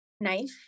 knife